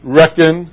reckon